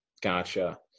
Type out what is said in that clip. gotcha